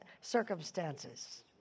circumstances